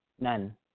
None